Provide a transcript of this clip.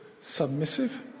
submissive